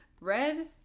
Red